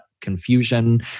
confusion